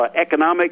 economic